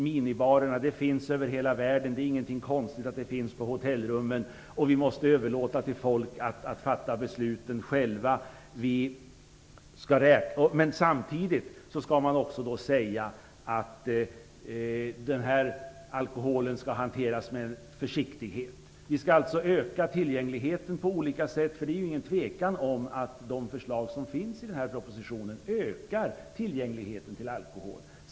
Man säger att de finns över hela världen och att det inte är något konstigt att de finns på hotellrummen. Man säger att vi måste överlåta åt människor att fatta beslut själva. Men samtidigt säger man att alkoholen skall hanteras med försiktighet. Vi skall alltså öka tillgängligheten på olika sätt; det är ingen tvekan om att de förslag som finns i propositionen ökar tillgängligheten till alkohol.